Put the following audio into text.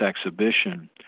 exhibition